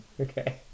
Okay